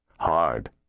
Hard